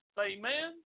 Amen